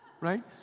Right